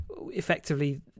effectively